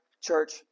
church